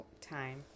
time